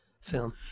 Film